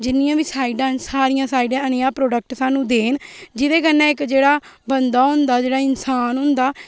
जीनियां बी साइडा न सारियां साइडा नया प्रोडक्ट सानू देन जेह्डे कन्ने इक जेह्ड़ा बंदा होंदा जेह्ड़ा इंसान होंदा